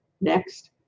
Next